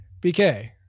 BK